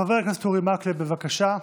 חבר הכנסת אורי מקלב, בבקשה,